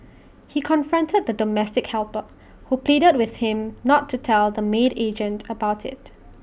he confronted the domestic helper who pleaded with him not to tell the maid agent about IT